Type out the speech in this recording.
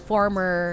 former